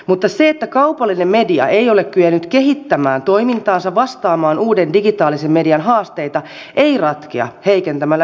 mutta se että kaupallinen media ei ole kyennyt kehittämään toimintaansa vastaamaan uuden digitaalisen median haasteita ei ratkea heikentämällä yleisradiota